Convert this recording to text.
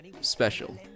special